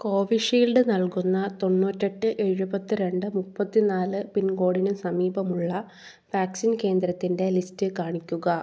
Covishield നൽകുന്ന തൊണ്ണൂറ്റിയെട്ട് ഏഴുപത്തിരണ്ട് മുപ്പത്തിനാല് പിൻകോഡിന് സമീപമുള്ള വാക്സിൻ കേന്ദ്രത്തിൻ്റെ ലിസ്റ്റ് കാണിക്കുക